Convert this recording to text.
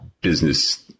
business